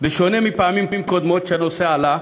בשונה מפעמים קודמות שהנושא עלה,